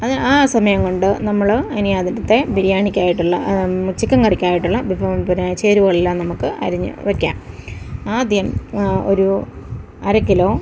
അത് ആ സമയം കൊണ്ട് നമ്മൾ ഇനി അതിൽത്തെ ബിരിയാണിക്കായിട്ടുള്ള ചിക്കൻ കറിക്കായിട്ടുള്ള വിഭവം ചേരുവകളെല്ലാം നമുക്ക് അരിഞ്ഞ് വെക്കാം ആദ്യം ഒരു അര കിലോ